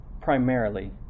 primarily